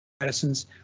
Medicines